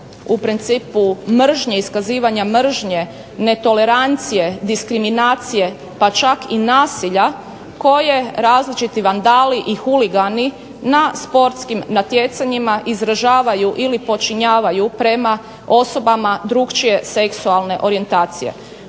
u principu mržnje, iskazivanja mržnje, netolerancije, diskriminacije pa čak i nasilja koje različiti vandali i huligani na sportskim natjecanjima izražavaju ili počinjavaju prema osobama drukčije seksualne orijentacije.